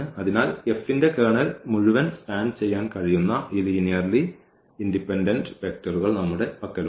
അതിനാൽ F ന്റെ kernel മുഴുവൻ സ്പാൻ ചെയ്യൻ കഴിയുന്ന ഈ ലീനിയർലീ ഇൻഡിപെൻഡൻസ് വെക്റ്റർ നമ്മളുടെ പക്കലുണ്ട്